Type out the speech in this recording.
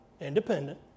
independent